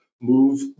move